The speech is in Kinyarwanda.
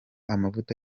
amavuta